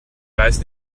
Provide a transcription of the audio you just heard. weiß